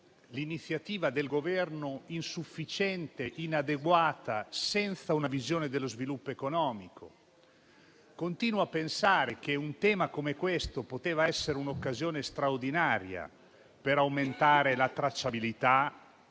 l'iniziativa del Governo insufficiente e inadeguata, senza una visione dello sviluppo economico. Continuo a pensare che un tema come questo poteva essere un'occasione straordinaria per aumentare la tracciabilità